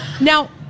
now